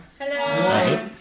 hello